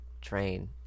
Train